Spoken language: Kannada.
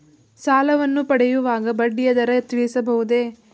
ಸಾಲವನ್ನು ಪಡೆಯುವಾಗ ಬಡ್ಡಿಯ ದರ ತಿಳಿಸಬಹುದೇ?